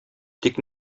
тик